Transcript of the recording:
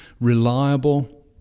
reliable